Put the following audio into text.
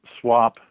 SWAP